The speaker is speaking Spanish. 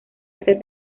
hacer